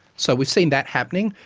so we've seen that happening.